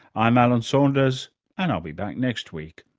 i'm alan saunders and i'll be back next week